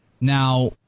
Now